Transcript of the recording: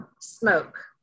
smoke